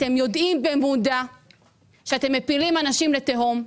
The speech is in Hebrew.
אתם יודעים במודע שאתם מפילים אנשים לתהום.